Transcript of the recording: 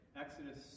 Exodus